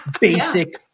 basic